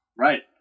Right